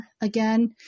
again